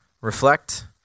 reflect